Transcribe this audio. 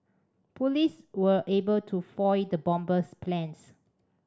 police were able to foil the bomber's plans